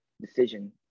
decision